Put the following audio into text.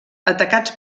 atacats